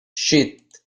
sheath